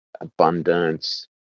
abundance